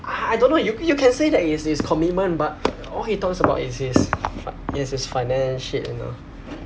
I don't know yo~ you can say that it's his commitment but all he talks about is his fi~ is his financial shit